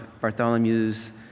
Bartholomew's